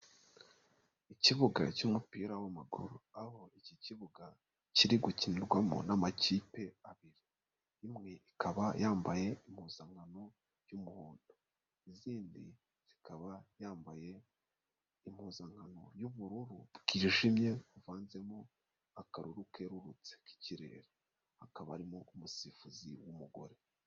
Ikibuga cy'umupira w'amaguru aho iki kibuga kiri gukinirwamo n'amakipe abiri. Imwe ikaba yambaye impuzankano y'umuhondo. Izindi zikaba yambaye impuzankano y'ubururu bwijimye buvanzemo akaruru kerurutse k'ikirere. Hakaba harimo umusifuzi w'umugore.